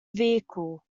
vehicle